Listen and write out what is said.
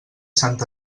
sant